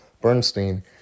Bernstein